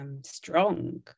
strong